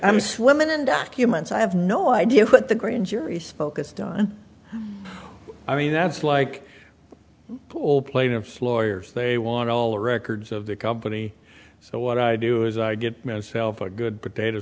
i'm swimmin and documents i have no idea what the grand jury's focused on i mean that's like pool plaintiff's lawyers they want all or records of the company so what i do is i get myself a good potato